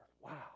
Wow